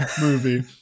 movie